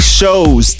shows